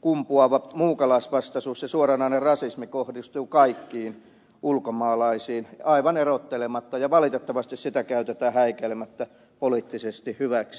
kumpuava muukalaisvastaisuus ja suoranainen rasismi kohdistuu kaikkiin ulkomaalaisiin aivan erottelematta ja valitettavasti sitä käytetään häikäilemättä poliittisesti hyväksi